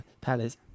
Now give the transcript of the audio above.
palace